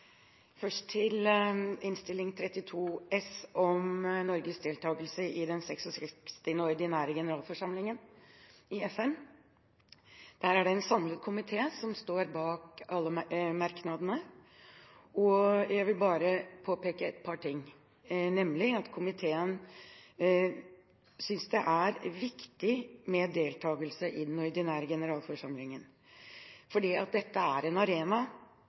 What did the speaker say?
den 66. ordinære generalforsamlinga i FN». En samlet komité står bak alle merknadene. Jeg vil bare påpeke et par ting. Komiteen synes det er viktig med deltakelse i den ordinære generalforsamlingen. Dette er en arena